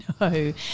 No